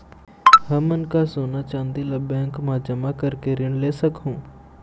हमन का सोना चांदी ला बैंक मा जमा करके ऋण ले सकहूं?